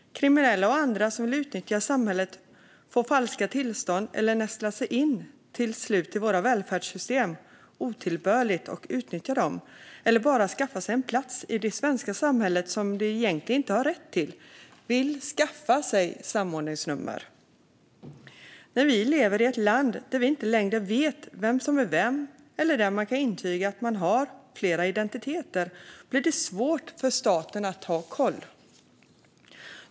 Kriminella och andra vill skaffa sig samordningsnummer för att utnyttja samhället och få falska tillstånd eller till slut otillbörligt nästla sig in i våra välfärdssystem och utnyttja dem eller bara skaffa sig en plats i det svenska samhället som de egentligen inte har rätt till. När vi lever i ett land där vi inte längre vet vem som är vem eller där man kan intyga att man har flera identiteter blir det svårt för staten att ha koll.